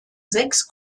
sechs